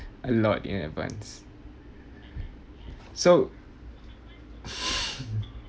a lot in advance so